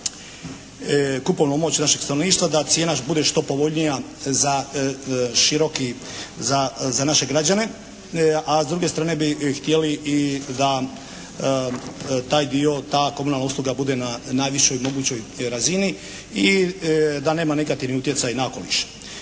kupovnu moć našeg stanovništva da cijena bude što povoljnija za široki, za naše građane. A s druge strane bi htjeli i da taj dio, ta komunalna usluga bude na najvišoj mogućoj razini i da nema negativni utjecaj na okoliš.